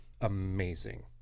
amazing